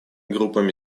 группами